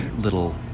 little